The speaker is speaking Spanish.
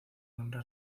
nombre